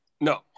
no